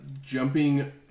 Jumping